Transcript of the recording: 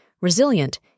resilient